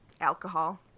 alcohol